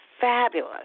fabulous